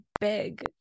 big